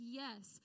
yes